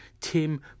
Tim